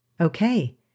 Okay